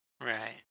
Right